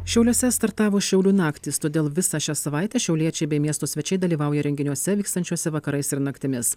šiauliuose startavo šiaulių naktys todėl visą šią savaitę šiauliečiai bei miesto svečiai dalyvauja renginiuose vykstančiuose vakarais ir naktimis